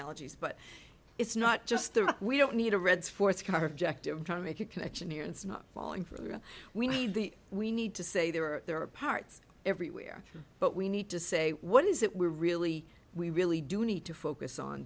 analogies but it's not just the we don't need a red sports car objective trying to make a connection here it's not falling for we need the we need to say there are there are parts everywhere but we need to say what is it we're really we really do need to focus on